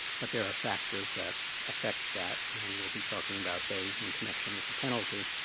but there are factors that affect that and we'll be talking about those in connection with the penalty.